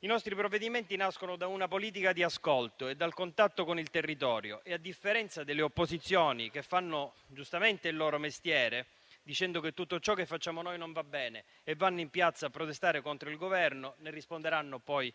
I nostri provvedimenti nascono da una politica di ascolto e dal contatto con il territorio e, a differenza delle opposizioni, che fanno giustamente il loro mestiere, dicendo che tutto ciò che facciamo noi non va bene e andando in piazza a protestare contro il Governo (ne risponderanno poi